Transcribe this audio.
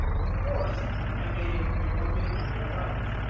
of course, i made a one-minute video about it.